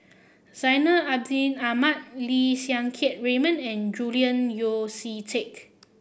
Zainal Abidin Ahmad Lim Siang Keat Raymond and Julian Yeo See Teck